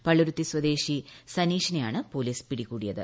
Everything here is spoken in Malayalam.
പള്ളൂരുത്തി സ്വദേശി സനീഷിനെയാണ് പോലീസ് പിടികൂടിയത്